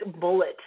bullet